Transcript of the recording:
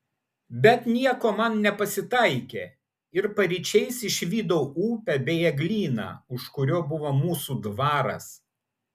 bet nieko man nepasitaikė ir paryčiais išvydau upę bei eglyną už kurio buvo mūsų dvaras